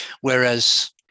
Whereas